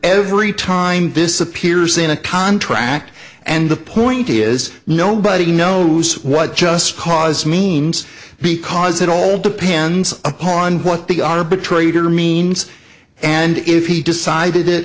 every time disappears in a contract and the point is nobody knows what just cause means because it all depends upon what the arbitrator means and if he decided it